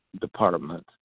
department